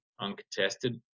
uncontested